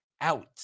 out